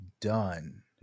done